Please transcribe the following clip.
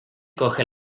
coge